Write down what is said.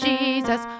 Jesus